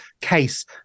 case